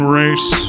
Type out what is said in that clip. race